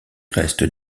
reste